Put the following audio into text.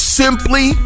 simply